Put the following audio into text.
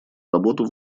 работу